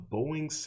Boeing